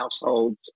households